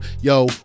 yo